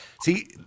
See